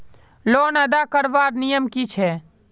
Loan अदा करवार नियम की छे?